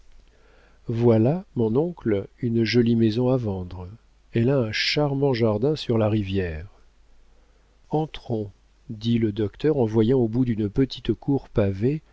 voilà mon oncle une jolie maison à vendre elle a un charmant jardin sur la rivière entrons dit le docteur en voyant au bout d'une petite cour pavée